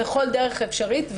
בכל דרך אפשרית,